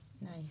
Nice